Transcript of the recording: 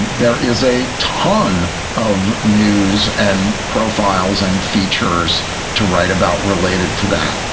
there is a ton of news and profiles and features to write about related to that.